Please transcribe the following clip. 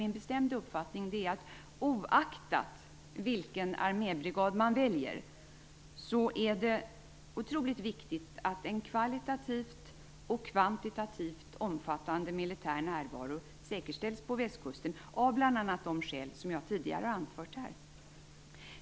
Min bestämda uppfattning är att det, oaktat vilken armébrigad man väljer, är otroligt viktigt att en kvalitativt och kvantitativt omfattande militär närvaro säkerställs på Västkusten, bl.a. av de skäl jag tidigare har anfört här.